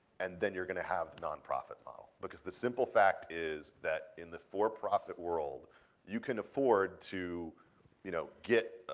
and then you're going to have the nonprofit model. because the simple fact is that in the for-profit world you could afford to you know get